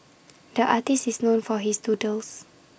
the artist is known for his doodles